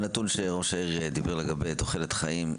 הנתון שראש העיר דיבר עליו לגבי תוחלת חיים,